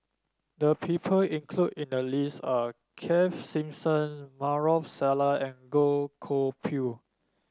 the people included in the list are Keith Simmons Maarof Salleh and Goh Koh Pui